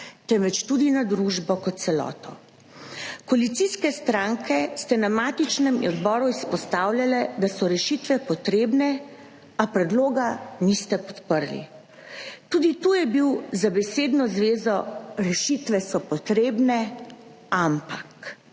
temveč tudi na družbi kot celoti. Koalicijske stranke ste na matičnem odboru izpostavljale, da so rešitve potrebne, a predloga niste podprli. Tudi tu je bil za besedno zvezo »rešitve so potrebne« ampak.